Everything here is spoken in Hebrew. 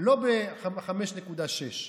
ולא ב-5.6%.